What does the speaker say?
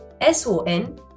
s-o-n